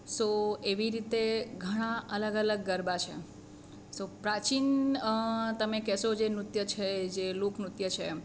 સો એવી રીતે ઘણા અલગ અલગ ગરબા છે સો પ્રાચીન તમે કહેશો જે નૃત્ય છે જે લોકનૃત્ય છે એમ